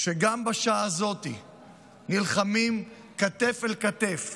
שגם בשעה הזאת נלחמים כתף אל כתף